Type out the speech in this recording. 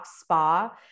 spa